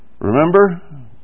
Remember